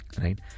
right